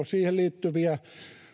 siihen liittyviä